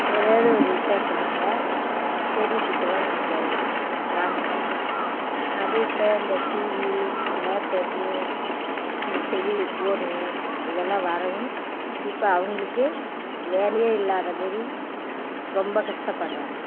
எதாவது ஒரு விஷேஷனுங்க தெருக்கூத்துலாம் நாங்கள் போடுவோம் கிராமத்தில் அது இப்போ இந்த டிவி இந்த லேப்டாப்பு இந்த செல்லு போனு இதெல்லாம் வரவும் இப்போ அவங்களுக்கு வேலையே இல்லாத மாரி ரொம்ப கஷ்டப்படுறாங்கள்